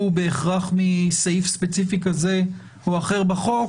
בהכרח מסעיף ספציפי כזה או אחר בחוק,